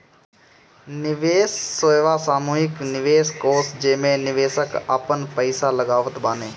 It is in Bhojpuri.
निवेश सेवा सामूहिक निवेश कोष जेमे निवेशक आपन पईसा लगावत बाने